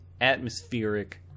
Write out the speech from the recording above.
atmospheric